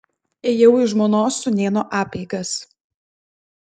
ėjau į žmonos sūnėno apeigas